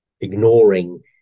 ignoring